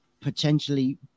potentially